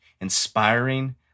inspiring